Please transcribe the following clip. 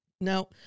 Now